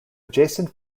adjacent